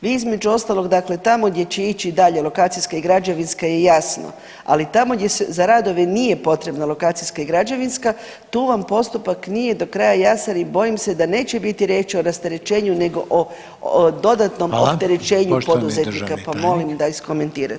Vi između ostalog, dakle tamo gdje će ići dalje lokacijska i građevinska je jasno, ali tamo gdje za radove nije potrebna lokacijska i građevinska tu vam postupak nije do kraja jasan i bojim se da neće biti riječi o rasterećenju nego o dodatnom opterećenju poduzetnika, pa molim da iskomentirate to.